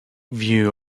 view